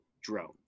Drone